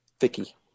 Vicky